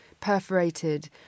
perforated